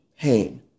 pain